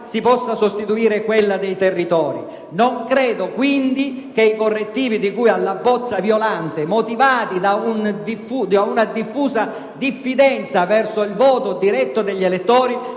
si possa sostituire quella dei territori; non credo quindi che i correttivi di cui alla bozza Violante, motivati da una diffusa diffidenza verso il voto diretto degli elettori,